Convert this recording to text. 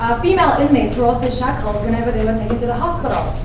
ah female inmates were also shackled whenever they were taken to the hospital.